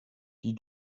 die